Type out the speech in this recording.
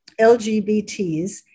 LGBTs